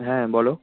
হ্যাঁ বলো